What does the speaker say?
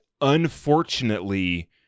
unfortunately